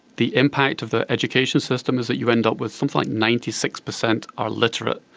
the impact of the education system is that you end up with something like ninety six percent are literate,